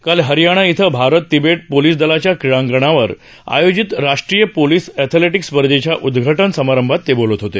काल हरियाणा इथं Bharat Tibet police दलाच्या क्रीडांगणावर आयोजित राष्ट्रीय पोलीस अष्टलेटिक स्पर्धेच्या उदघाटन समारंभात ते बोलत होते